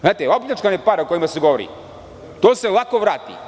Znate, opljačkane pare o kojima se govori, to se lako vrati.